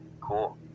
cool